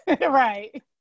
right